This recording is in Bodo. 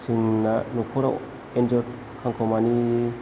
जोंना नखराव एन्जर खांखमानि